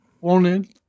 wanted